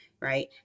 right